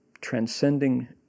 transcending